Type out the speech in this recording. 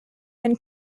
and